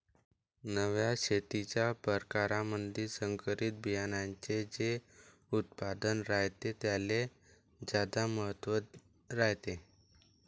नव्या शेतीच्या परकारामंधी संकरित बियान्याचे जे उत्पादन रायते त्याले ज्यादा महत्त्व रायते